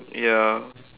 ya